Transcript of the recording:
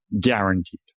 guaranteed